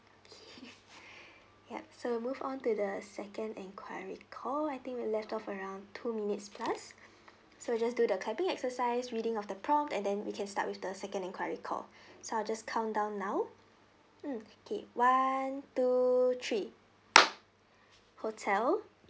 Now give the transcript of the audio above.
okay ya so move on to the second enquiry call I think we're left of around two minutes plus so just do the clapping exercise reading of the prompt and then we can start with the second enquiry call so I'll just count down now mm okay one two three hotel